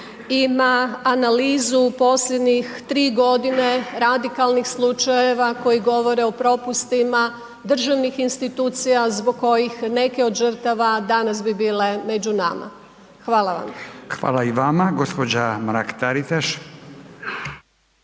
ima analizu posljednjih 3 godine radikalnih slučajeva koji govore o propustima državnih institucija zbog kojih neke od žrtava danas bi bile među nama. Hvala vam. **Radin, Furio (Nezavisni)**